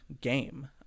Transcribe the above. game